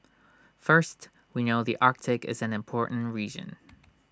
first we know the Arctic is an important region